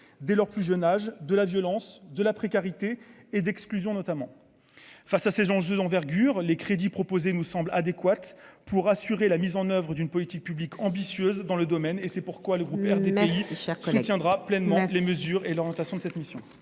dès leur plus jeune âge, de la violence de la précarité. Et d'exclusion notamment enfin sa saison je d'envergure, les crédits proposés nous semble adéquate pour assurer la mise en oeuvre d'une politique publique ambitieuse dans le domaine et c'est pourquoi le groupe RDPI c'est cher quand même tiendra pleinement les mesures et l'orientation de cette mission.